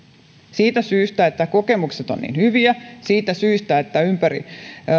siitä syystä että kokemukset ovat niin hyviä siitä syystä että esimerkiksi ympäri